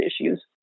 issues